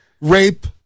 rape